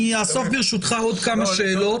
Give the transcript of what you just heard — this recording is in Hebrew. ברשותך, אני אאסוף עוד כמה שאלות.